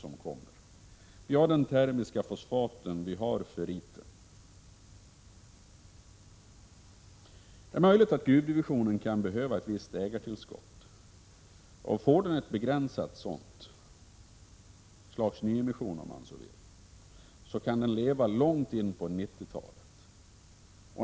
Vidare har vi den termiska fosfaten och ferriten. Det är möjligt att gruvdivisionen kan behöva ett visst ägartillskott. Får den ett begränsat sådant — ett slags nyemission om man så vill — kan den leva långt in på 90-talet.